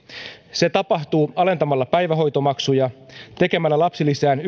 se tapahtuu alentamalla päivähoitomaksuja tekemällä lapsilisään